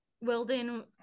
Wilden